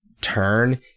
turn